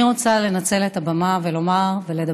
אני רוצה לנצל את הבמה ולדבר.